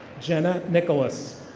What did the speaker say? jenna nicholas.